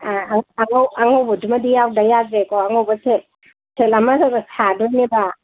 ꯑꯉꯧꯕꯗꯨꯃꯗꯤ ꯌꯥꯎꯗ ꯌꯥꯗ꯭ꯔꯦꯀꯣ ꯑꯉꯧꯕ ꯁꯦꯠ ꯁꯦꯠ ꯑꯃ ꯁꯥꯗꯣꯏꯅꯦꯕ